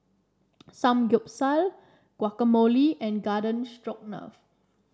Samgeyopsal Guacamole and Garden Stroganoff